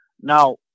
Now